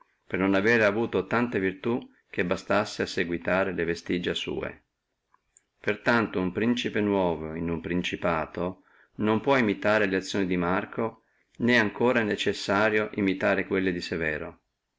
per non avere avuta tanta virtù che bastassi a seguitare le vestigie sua per tanto uno principe nuovo in uno principato nuovo non può imitare le azioni di marco né ancora è necessario seguitare quelle di severo